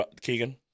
Keegan